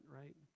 right